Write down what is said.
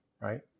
right